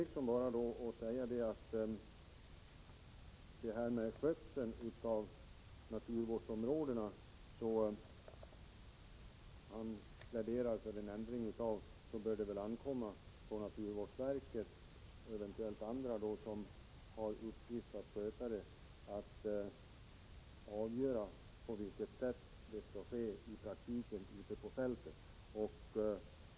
Ingvar Eriksson pläderar för en ändring av skötseln av naturvårdsområde na. Det bör ankomma på naturvårdsverket, och eventuellt andra som har dessa områdens skötsel till sin uppgift, att avgöra på vilket sätt det skall ske i praktiken, ute på fältet.